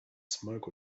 smoke